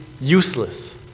useless